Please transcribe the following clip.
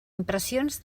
impressions